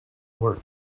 oort